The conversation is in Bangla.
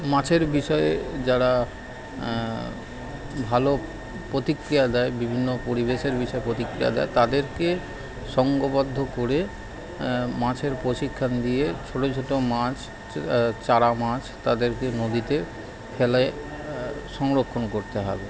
মাছের বিষয়ে যারা ভালো প্রতিক্রিয়া দেয় বিভিন্ন পরিবেশের বিষয়ে প্রতিক্রিয়া দেয় তাদেরকে সংঘবদ্ধ করে মাছের প্রশিক্ষণ দিয়ে ছোট ছোট মাছ ছের চারা মাছ তাদেরকে নদীতে ফেলে সংরক্ষণ করতে হবে